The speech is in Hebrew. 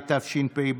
התשפ"ב